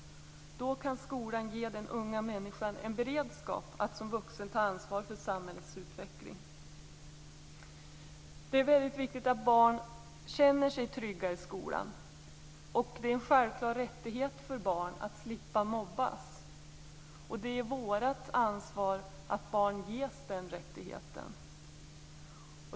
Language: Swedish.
Då kan skolan ge den unga människan en beredskap att som vuxen ta ansvar för samhällets utveckling. Det är väldigt viktigt att barn känner sig trygga i skolan. Det är en självklar rättighet för barn att slippa mobbas, och det är vårt ansvar att barn ges den rättigheten.